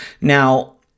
Now